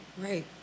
Right